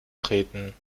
treten